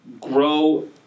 grow